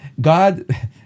God